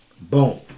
Boom